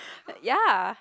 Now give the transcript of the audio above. like ya